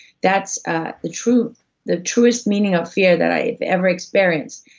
that's ah the truest the truest meaning of fear that i have ever experienced.